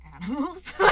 animals